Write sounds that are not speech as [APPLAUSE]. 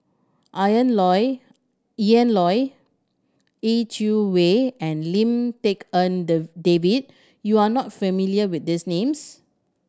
[UNINTELLIGIBLE] Loy Ian Loy Yeh Chi Wei and Lim Tik En [UNINTELLIGIBLE] David you are not familiar with these names